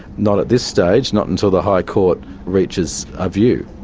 not at this stage, not until the high court reaches a view.